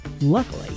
Luckily